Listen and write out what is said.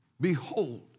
behold